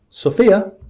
sophia!